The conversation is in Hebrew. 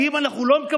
אם אתה,